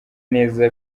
neza